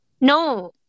No